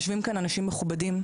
יושבים כאן אנשים מכובדים.